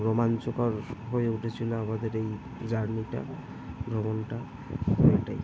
রোমাঞ্চকর হয়ে উঠেছিলো আমাদের এই জার্নিটা ভ্রমণটা এটাই